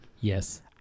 Yes